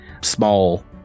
small